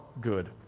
good